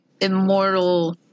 immortal